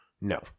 No